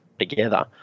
together